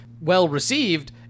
well-received